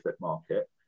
market